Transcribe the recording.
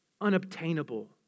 unobtainable